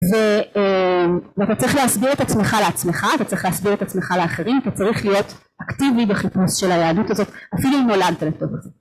ואתה צריך להסביר את עצמך לעצמך, אתה צריך להסביר את עצמך לאחרים, אתה צריך להיות אקטיבי בחיפוש של היהדות הזאת, אפילו אם נולדת לתוכה